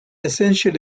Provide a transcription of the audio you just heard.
essential